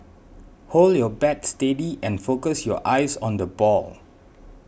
hold your bat steady and focus your eyes on the ball